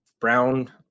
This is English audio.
brown